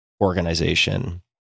organization